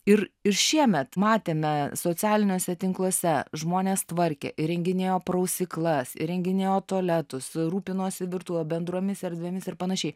ir ir šiemet matėme socialiniuose tinkluose žmonės tvarkė įrenginėjo prausyklas įrenginėjo tualetus rūpinosi virtuve bendromis erdvėmis ir panašiai